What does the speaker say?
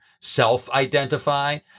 self-identify